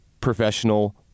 professional